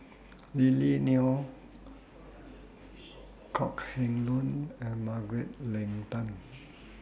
Lily Neo Kok Heng Leun and Margaret Leng Tan